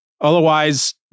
Otherwise